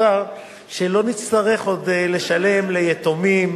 שלא נצטרך עוד לשלם ליתומים,